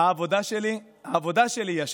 העבודה שלי היא השטח.